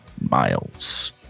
miles